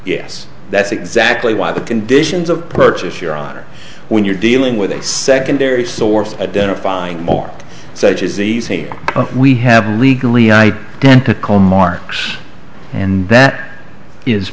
yes that's exactly why the conditions of purchase your honor when you're dealing with a secondary source identifying more such as the say we have legally i tend to call marks and that is